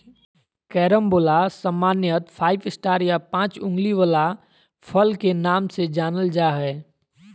carambola सामान्यत five star या पाँच उंगली वला फल के नाम से जानल जा हय